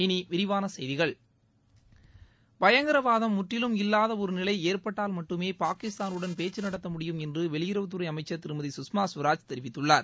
இனி விரிவான செய்திகள் பயங்கரவாதம் முற்றிலும் இல்லாத ஒருநிலை ஏற்பட்டால் மட்டுமே பாகிஸ்தானுடன் பேச்சு நடத்த முடியும் என்று வெளியுறவுத்துறை அமைச்சர் திருமதி சுஷ்மா ஸ்வராஜ் தெரிவித்துள்ளார்